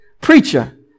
preacher